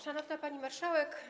Szanowna Pani Marszałek!